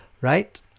right